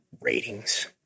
Ratings